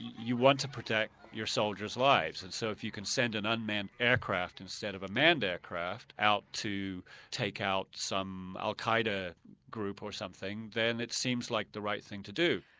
you want to protect your soldiers' lives and so if you can send an unmanned aircraft instead of a manned aircraft out to take out some al-qaeda group or something then it seems like the right thing to do.